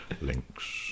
links